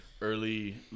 early